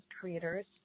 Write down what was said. creators